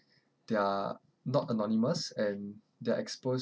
they're not anonymous and they're exposed